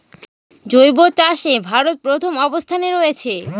জৈব চাষে ভারত প্রথম অবস্থানে রয়েছে